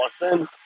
Boston